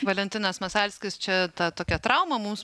valentinas masalskis čia ta tokia trauma mums